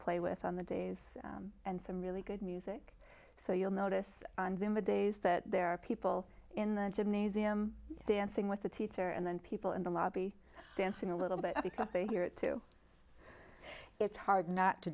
play with on the days and some really good music so you'll notice on zuma days that there are people in the gymnasium dancing with the teacher and then people in the lobby dancing a little bit because they hear it too it's hard not to